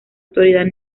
autoridad